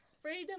Freedom